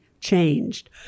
changed